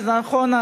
וזה נכון,